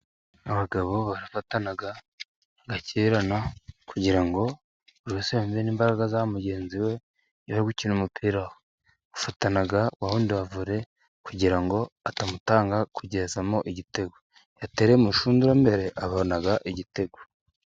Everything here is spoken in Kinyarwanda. Abagabo barafatana bagakirana kugira ngo buri wese yumve imbaraga za mugenzi we ,iyo gukina umupira ho hafatana wawundi wa vore kugira ngo atamutanga kugezamo igitego, iyo ateye mushundura mbere abona igitego.